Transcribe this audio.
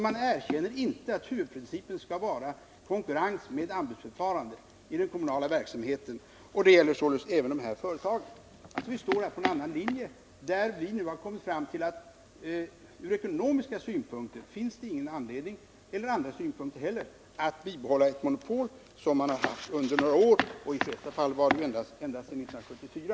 Man erkänner alltså inte att huvudprincipen skall vara konkurrens med anbudsförfarande i den kommunala verksamheten, och detta planhushållningstänkande gäller således även de företag och de frågor vi nu diskuterar. Vi står här på en annan linje och har kommit fram till att ur ekonomisk synpunkt eller ur andra synpunkter finns det ingen anledning att bibehålla ett monopol som funnits under några år — i vissa fall blott sedan 1974.